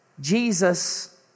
Jesus